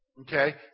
Okay